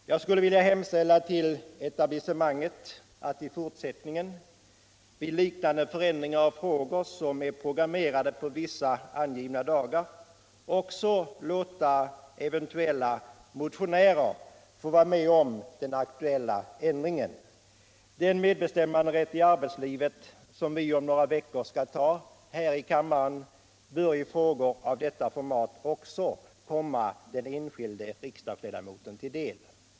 Jag skulle vilja hemstilla till etablisscmanget att i fortsättningen — vid liknande förändringar av frågor som är programmerade på vissa angivna dagar — också låta eventuella motionärer få vara med om den aktuella ändringen. Den medbestämmanderätt i arbetslivet som vi om några veckor skall diskutera här i kammaren bör i frågor av detta format även komma den enskilde riksdagsledamoten till del.